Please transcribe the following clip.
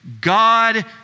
God